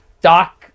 Doc